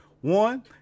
One